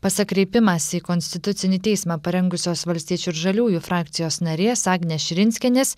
pasak kreipimąsi į konstitucinį teismą parengusios valstiečių ir žaliųjų frakcijos narės agnės širinskienės